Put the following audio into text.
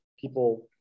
people